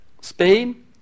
Spain